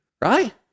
Right